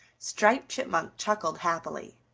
striped chipmunk chuckled happily.